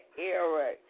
era